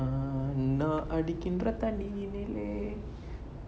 நான் அடிக்கின்ற தண்ணியினிலே:naan adikintra thanniyinile